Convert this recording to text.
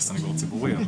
אני סניגור ציבורי.